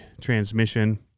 transmission